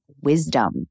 wisdom